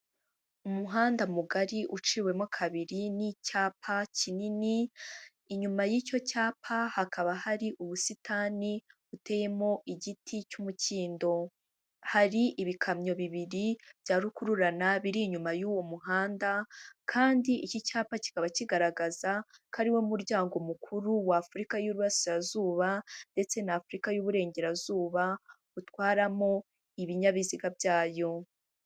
Umuhanda mugari uciwemo kabiri n'icyapa kinini, inyuma y'icyo cyapa hakaba hari ubusitani buteyemo igiti cy'umukindo, hari ibikamyo bibiri bya rukururana biri inyuma y'uwo muhanda kandi iki cyapa kikaba kigaragaza ko ariwo muryango mukuru w'Afurika y'ububurasirazuba ndetse n'Afurika y'uburengerazuba utwaramo ibinyabiziga byayo.